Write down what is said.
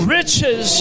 riches